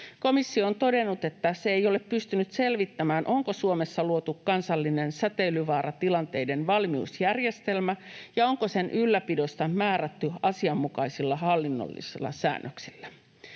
Komissio on todennut, että se ei ole pystynyt selvittämään, onko Suomessa luotu kansallinen säteilyvaaratilanteiden valmiusjärjestelmä ja onko sen ylläpidosta määrätty asianmukaisilla hallinnollisilla säännöksillä.